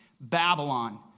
Babylon